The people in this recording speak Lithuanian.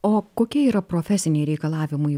o kokie yra profesiniai reikalavimai